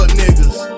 niggas